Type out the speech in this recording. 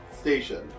station